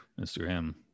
Instagram